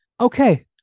okay